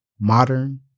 modern